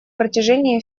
протяжении